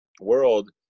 world